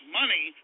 money